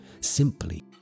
Simply